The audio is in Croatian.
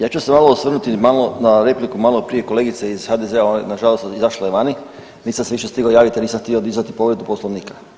Ja ću se malo osvrnuti malo na repliku maloprije kolegice iz HDZ-a, ona je nažalost izašla je vani, nisam se više stigao javiti jer nisam htio dizati povredu Poslovnika.